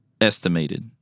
estimated